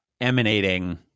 emanating